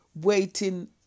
waiting